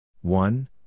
one